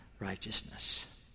Righteousness